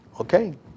Okay